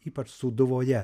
ypač sūduvoje